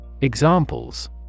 Examples